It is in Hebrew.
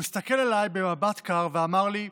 הוא הסתכל עליי במבט קר ואמר לי: